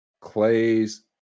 Clays